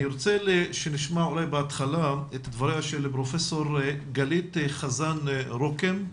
אני רוצה שנשמע בהתחלה את דבריה של פרופ' גלית חזן רוקם.